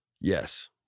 Yes